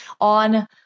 on